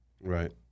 Right